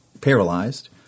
paralyzed